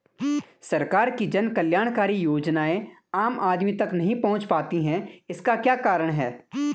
सरकार की जन कल्याणकारी योजनाएँ आम आदमी तक नहीं पहुंच पाती हैं इसका क्या कारण है?